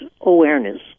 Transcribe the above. awareness